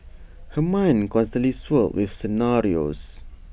her mind constantly swirled with scenarios